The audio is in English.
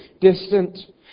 distant